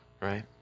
right